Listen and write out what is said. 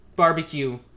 Barbecue